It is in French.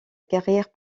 carrière